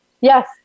Yes